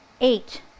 eight